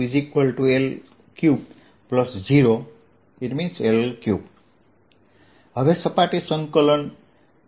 2y22| L2L2L30L3 હવે સપાટી સંકલન A